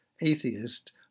atheist